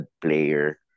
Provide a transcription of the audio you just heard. player